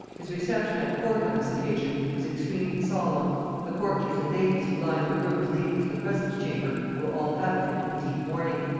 his reception at court on this occasion was extremely solemn the courtiers and ladies who lined the rooms leading to the presence-chamber were all habited in deep mourning,